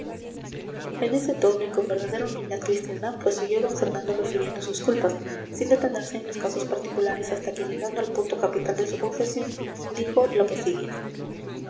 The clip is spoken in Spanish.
en este tono y con verdadera humildad cristiana prosiguió d fernando refiriendo sus culpas sin detenerse en los casos particulares hasta que llegando al punto capital de su confesión dijo lo que sigue